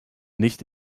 nicht